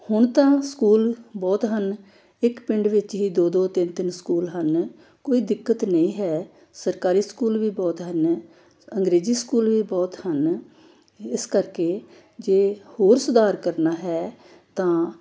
ਹੁਣ ਤਾਂ ਸਕੂਲ ਬਹੁਤ ਹਨ ਇੱਕ ਪਿੰਡ ਵਿੱਚ ਹੀ ਦੋ ਦੋ ਤਿੰਨ ਤਿੰਨ ਸਕੂਲ ਹਨ ਕੋਈ ਦਿੱਕਤ ਨਹੀਂ ਹੈ ਸਰਕਾਰੀ ਸਕੂਲ ਵੀ ਬਹੁਤ ਹਨ ਅੰਗਰੇਜ਼ੀ ਸਕੂਲ ਵੀ ਬਹੁਤ ਹਨ ਇਸ ਕਰਕੇ ਜੇ ਹੋਰ ਸੁਧਾਰ ਕਰਨਾ ਹੈ ਤਾਂ